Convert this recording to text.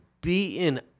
beaten